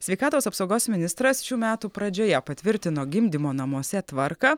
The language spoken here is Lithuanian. sveikatos apsaugos ministras šių metų pradžioje patvirtino gimdymo namuose tvarką